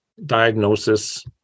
diagnosis